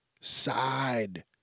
side